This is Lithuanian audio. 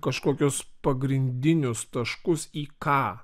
kažkokius pagrindinius taškus į ką